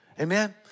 Amen